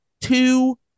two